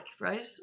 right